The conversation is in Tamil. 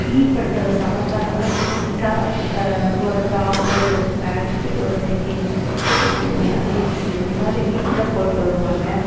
ஈ படத்தில் சமந்தா நல்லா நீட்டாக ஒரு டாப்பு ஒரு பேண்ட்டு ஒரு லெகின்னு ஒரு ஜீன்ஸு இந்த மாதிரி நீட்டாக போட்டு வருவாங்க